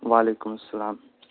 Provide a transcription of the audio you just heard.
وعلیکم السلام